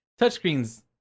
touchscreens